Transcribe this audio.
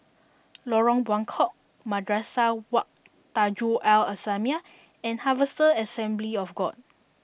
Lorong Buangkok Madrasah Wak Tanjong Al islamiah and Harvester Assembly of God